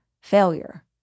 failure